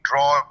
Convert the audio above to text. Draw